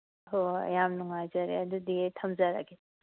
ꯍꯣꯏ ꯍꯣꯏ ꯌꯥꯝ ꯅꯨꯡꯉꯥꯏꯖꯔꯦ ꯑꯗꯨꯗꯤ ꯊꯝꯖꯔꯒꯦ